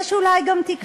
יש אולי גם תקווה,